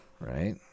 right